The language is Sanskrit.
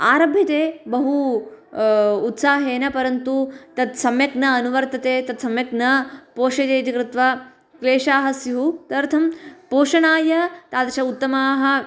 आरभ्यते बहु उत्साहेन परन्तु तत् सम्यक् न अनुवर्तते तत् सम्यक् न पोषयति इति कृत्वा क्लेशाः स्युः तदर्थं पोषणाय तादृश उत्तमाः